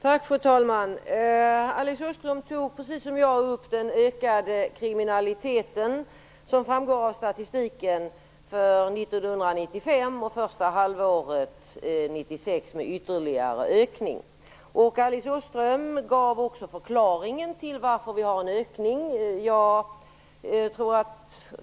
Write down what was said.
Fru talman! Alice Åström tog precis som jag upp den ökade kriminaliteten, som framgår av statistiken för 1995 och första halvåret 1996. Alice Åström gav också förklaringen till att vi har en ökning.